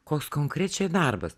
koks konkrečiai darbas